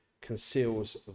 conceals